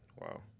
Wow